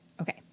Okay